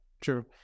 true